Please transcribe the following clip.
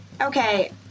Okay